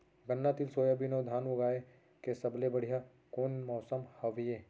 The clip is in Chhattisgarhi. गन्ना, तिल, सोयाबीन अऊ धान उगाए के सबले बढ़िया कोन मौसम हवये?